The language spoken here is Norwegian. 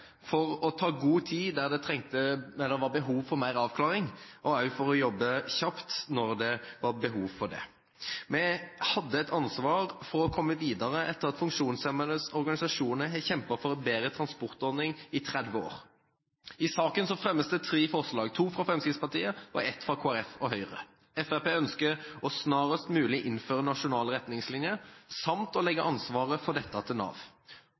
for å ta seg god tid der det var behov for mer avklaring, og også for å jobbe kjapt når det var behov for det. Vi hadde et ansvar for å komme videre etter at funksjonshemmedes organisasjoner har kjempet for en bedre transportordning i 30 år. I saken fremmes det tre forslag, to fra Fremskrittspartiet og ett fra Kristelig Folkeparti og Høyre. Fremskrittspartiet ønsker snarest mulig å innføre nasjonale retningslinjer samt å legge ansvaret for dette til Nav.